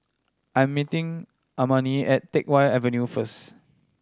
I'm meeting Amani at Teck Whye Avenue first